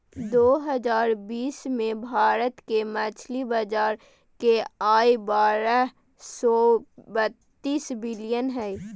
दो हजार बीस में भारत के मछली बाजार के आय बारह सो बतीस बिलियन हइ